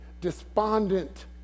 despondent